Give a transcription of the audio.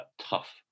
tough